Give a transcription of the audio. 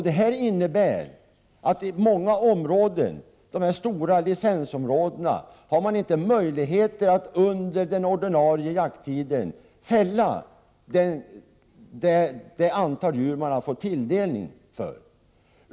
Detta innebär att man i många av de här stora licensområdena inte har möjlighet att under den ordinarie jakttiden fälla det antal djur som man fått tilldelning på.